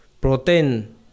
protein